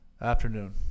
Afternoon